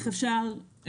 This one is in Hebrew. אם אפשר,